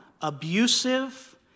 abusive